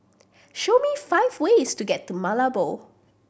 show me five ways to get to Malabo